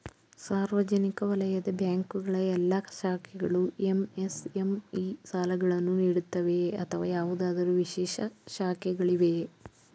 ಸಾರ್ವಜನಿಕ ವಲಯದ ಬ್ಯಾಂಕ್ ಗಳ ಎಲ್ಲಾ ಶಾಖೆಗಳು ಎಂ.ಎಸ್.ಎಂ.ಇ ಸಾಲಗಳನ್ನು ನೀಡುತ್ತವೆಯೇ ಅಥವಾ ಯಾವುದಾದರು ವಿಶೇಷ ಶಾಖೆಗಳಿವೆಯೇ?